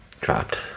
dropped